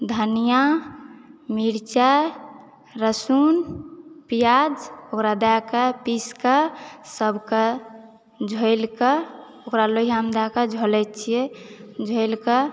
धनिआ मिरचाइ लहसुन प्याज ओकरा दयकऽ पीसकऽ सभकऽ झोलिकऽ ओकरा लोहिआमऽ दैक झोलै छियै झोलिकऽ